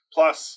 Plus